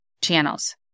channels